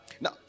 now